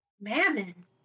Mammon